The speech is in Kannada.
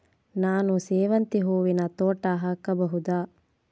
ನಾನು ಸೇವಂತಿ ಹೂವಿನ ತೋಟ ಹಾಕಬಹುದಾ?